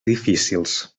difícils